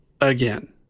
again